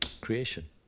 creation